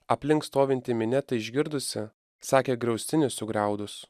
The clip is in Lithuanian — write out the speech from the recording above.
aplink stovinti minia tai išgirdusi sakė griaustinį sugriaudus